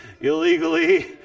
illegally